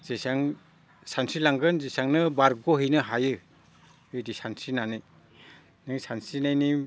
जेसेबां सानस्रिलांगोन जेसेबांनो बारग'हैनो हायो बिदि सानस्रिनानै दै सानस्रिनायनि